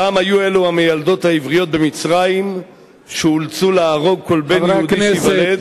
פעם היו אלה המיילדות העבריות במצרים שאולצו להרוג כל בן יהודי שייוולד.